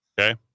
Okay